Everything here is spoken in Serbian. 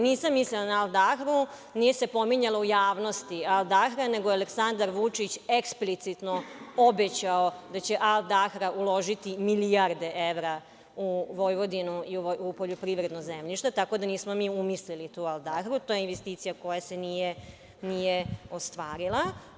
Nisam mislila na Al Dahru, nije se pominjala u javnosti Al Dahra, nego je Aleksandar Vučić eksplicitno obećao da će Al Dahra uložiti milijarde evra u Vojvodinu i u poljoprivredno zemljište, tako da nismo mi umislili tu Al Dahru, to je investicija koja se nije ostvarila.